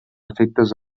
efectes